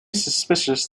suspicious